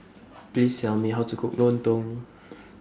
Please Tell Me How to Cook Lontong